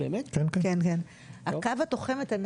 לכן היום לא רק שאנחנו צריכים לא לחשוש כביכול מבג"צ